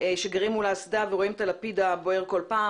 כשגרים מול האסדה ורואים את הלפיד הבוער כל פעם.